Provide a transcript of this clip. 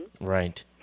Right